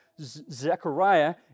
Zechariah